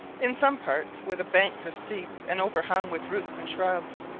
in some parts where the banks are steep and overhung with roots and shrubs,